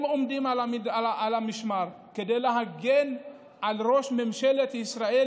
הם עומדים על המשמר כדי להגן על ראש ממשלת ישראל,